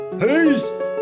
Peace